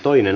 asia